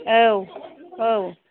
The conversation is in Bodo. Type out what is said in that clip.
औ औ